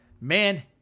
Man